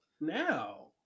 now